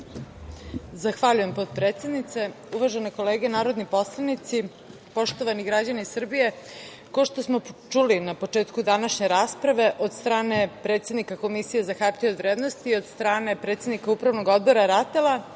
Zahvaljujem, potpredsednice. Uvažene kolege narodni poslanici, poštovani građani Srbije, kao što smo čuli na početku današnje rasprave od strane predsednika Komisije za hartije od vrednosti i od strane predsednika Upravnog odbora RATEL-a,